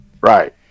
Right